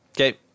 Okay